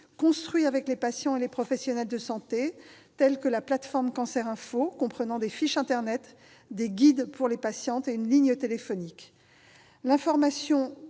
construits avec les patients et les professionnels de santé, telle que la plateforme Cancer info comprenant des fiches internet, des guides pour les patients et une ligne téléphonique.